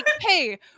hey